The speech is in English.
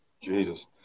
Jesus